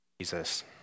Jesus